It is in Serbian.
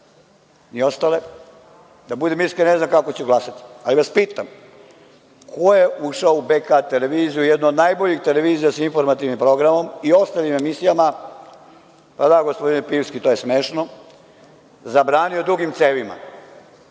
ni ostale. Da budem iskren, ne znam kako ću glasati. Ali, pitam vas – ko je ušao u BK televiziju, jednu od najboljih televizija sa informativnim programom i ostalim emisijama, da, da, gospodine Pivski, to je smešno, zabranio dugim cevima,